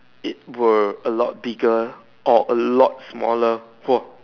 it would a lot bigger or a lot smaller !wah!